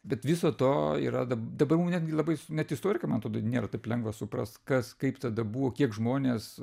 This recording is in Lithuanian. bet viso to yra da dbu netgi labai net istorikam man atrodo nėra taip lengva suprast kas kaip tada buvo kiek žmonės